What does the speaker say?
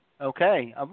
Okay